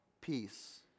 peace